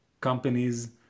companies